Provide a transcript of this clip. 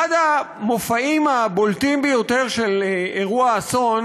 אחד המופעים הבולטים ביותר של אירוע אסון